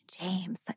James